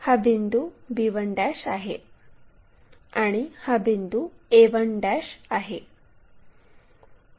तर हा बिंदू b1 आहे आणि हा बिंदू a1 आहे